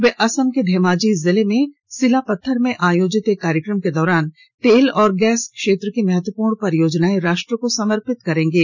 वे असम के धेमाजी जिले में सिलापत्थर में आयोजित एक कार्यक्रम के दौरान तेल और गैस क्षेत्र की महत्वपूर्ण परियोजनाएं राष्ट्र को समर्पित करेंगे